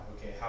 Okay